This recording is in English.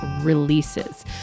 releases